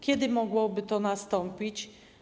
Kiedy mogłoby to nastąpić?